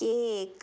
cake